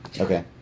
Okay